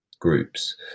groups